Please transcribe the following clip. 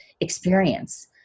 experience